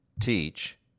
teach